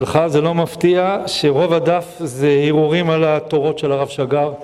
לך זה לא מפתיע שרוב הדף זה הרהורים על התורות של הרב שג"ר